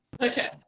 Okay